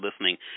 listening